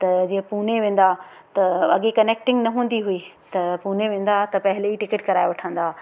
त जीअं पूने वेंदा त अॻे कनेक्टिंग न हूंदी हुई त पूने वेंदा हुआ त पहले ई टिकिट कराए वठंदा